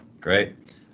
Great